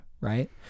right